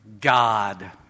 God